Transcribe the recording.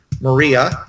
Maria